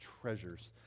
treasures